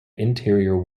interior